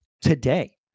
today